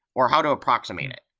or how to approximate it.